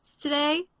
today